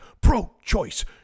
pro-choice